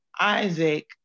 Isaac